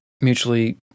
mutually